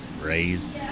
raised